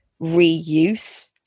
reuse